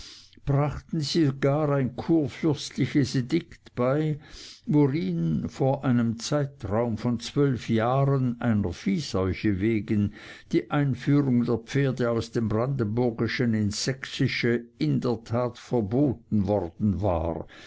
brachten sie gar ein kurfürstliches edikt bei worin vor einem zeitraum von zwölf jahren einer viehseuche wegen die einführung der pferde aus dem brandenburgischen ins sächsische in der tat verboten worden war